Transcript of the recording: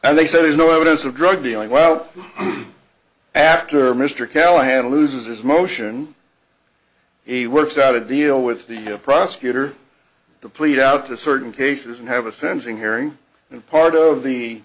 and they said there's no evidence of drug dealing well after mr callahan loses his motion he works out a deal with the prosecutor to plead out to certain cases and have a sensing hearing and part of the